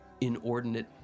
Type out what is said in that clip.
inordinate